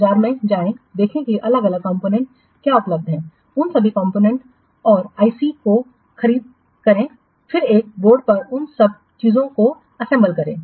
बाजार में जाएं देखें कि अलग अलग कॉम्पोनेंट क्या उपलब्ध हैं उन सभी कॉम्पोनेंट्स और आईसी की खरीद करें फिर एक बोर्ड पर आप बस उन सभी चीजों को असेंबली करें